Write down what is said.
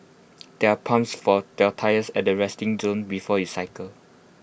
there are pumps for their tyres at the resting zone before you cycle